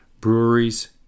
Breweries